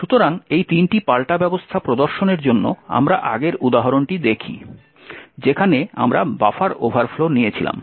সুতরাং এই তিনটি পাল্টা ব্যবস্থা প্রদর্শনের জন্য আমরা আগের উদাহরণটি দেখি যেখানে আমরা বাফার ওভারফ্লো নিয়েছিলাম